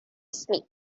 smith